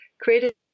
created